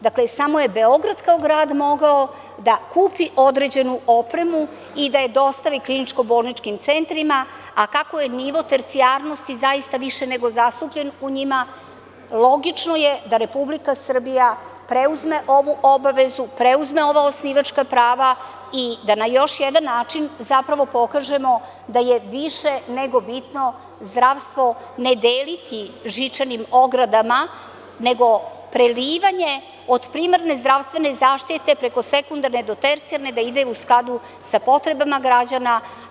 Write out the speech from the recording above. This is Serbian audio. Dakle, samo je Beograd kao grad mogao da kupi određenu opremu i da je dostavi kliničko-bolničkim centrima, a kako je nivo tercijarnosti zaista više nego zastupljen u njima, logično je da Republika Srbija preuzme ovu obavezu, preuzme ova osnivačka prava i da na još jedan način zapravo pokažemo da je više nego bitno zdravstvo ne deliti žičanim ogradama, nego prelivanje od primarne zdravstvene zaštite, preko sekundarne do tercijarne da ide u skladu sa potrebama građana.